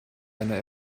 eine